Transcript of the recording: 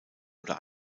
oder